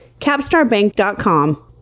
capstarbank.com